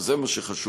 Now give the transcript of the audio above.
וזה מה שחשוב,